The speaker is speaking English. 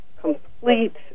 complete